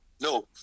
No